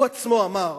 הוא עצמו אמר,